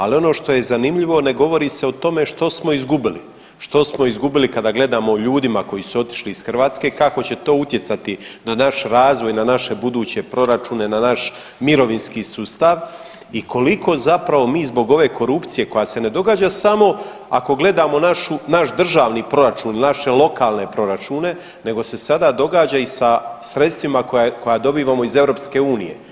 Ali ono što je zanimljivo ne govori se o tome što smo izgubili, što smo izgubili kada gledamo o ljudima koji su otišli iz Hrvatske, kako će to utjecati na naš razvoj, na naše buduće proračune, na naš mirovinski sustav i koliko zapravo mi zbog ove korupcije koja se ne događa samo ako gledamo naš državni proračun, naše lokalne proračune nego se sada događa i sa sredstvima koja dobivamo iz EU.